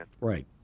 Right